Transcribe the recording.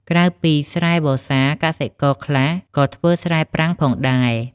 ក្រៅពីស្រែវស្សា កសិករខ្លះក៏ធ្វើស្រែប្រាំងផងដែរ។